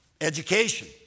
education